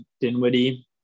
Dinwiddie